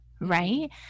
right